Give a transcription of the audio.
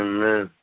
Amen